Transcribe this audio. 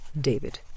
David